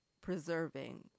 preserving